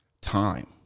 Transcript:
time